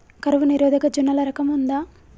కరువు నిరోధక జొన్నల రకం ఉందా?